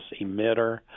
emitter